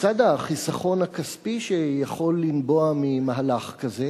לצד החיסכון הכספי שיכול לנבוע ממהלך כזה,